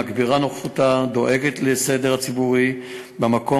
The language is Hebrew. מגבירה את נוכחותה ודואגת לסדר הציבורי במקום,